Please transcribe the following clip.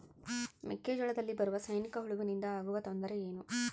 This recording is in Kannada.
ಮೆಕ್ಕೆಜೋಳದಲ್ಲಿ ಬರುವ ಸೈನಿಕಹುಳುವಿನಿಂದ ಆಗುವ ತೊಂದರೆ ಏನು?